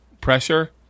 Pressure